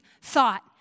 thought